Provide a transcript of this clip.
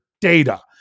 data